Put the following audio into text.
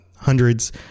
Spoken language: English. hundreds